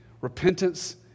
Repentance